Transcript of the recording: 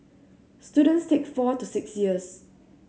students take four to six years